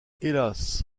hélas